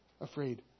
afraid